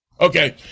okay